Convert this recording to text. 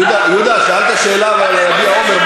יהודה, שאלת שאלה על "יביע אומר".